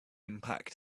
impact